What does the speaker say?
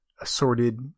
assorted